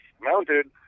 mounted